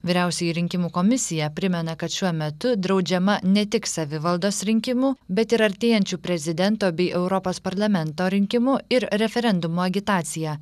vyriausioji rinkimų komisija primena kad šiuo metu draudžiama ne tik savivaldos rinkimų bet ir artėjančių prezidento bei europos parlamento rinkimų ir referendumo agitacija